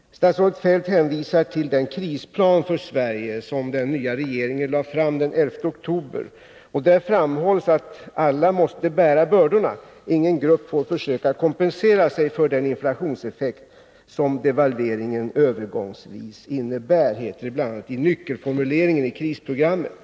Statsrådet Feldt hänvisar till den krisplan för Sverige som den nya regeringen lade fram den 11 oktober. Där framhålls att alla måste bära bördorna. Ingen grupp får försöka kompensera sig för den inflationseffekt som devalveringen övergångsvis innebär, heter det bl.a. i en nyckelformulering i krisprogrammet.